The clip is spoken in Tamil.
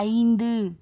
ஐந்து